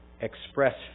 express